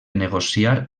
negociar